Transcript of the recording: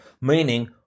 meaning